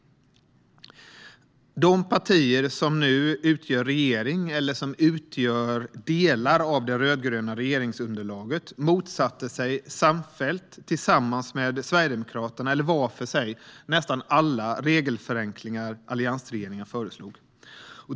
De partier som nu utgör regering - eller som utgör delar av det rödgröna regeringsunderlaget - motsatte sig samfällt, tillsammans med Sverigedemokraterna eller var för sig, nästan alla regelförenklingar som alliansregeringen föreslog.